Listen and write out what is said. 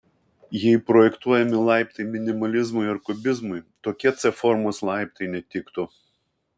jei projektuojami laiptai minimalizmui ar kubizmui tokie c formos laiptai netiktų